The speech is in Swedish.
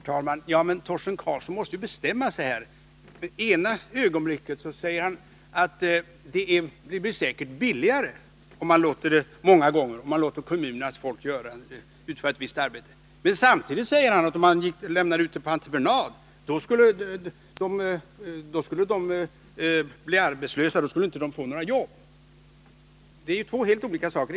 Herr talman! Torsten Karlsson måste bestämma sig här. Han säger att det många gånger blir billigare om man låter kommunernas folk utföra ett visst arbete. Men samtidigt säger han att de skulle bli arbetslösa och inte få några jobb om man lämnade ut arbetet på entreprenad. Det är två helt olika ståndpunkter.